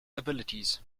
abilities